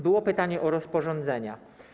Było pytanie o rozporządzenia.